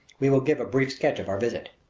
we will give a brief sketch of our visit.